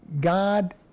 God